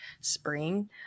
spring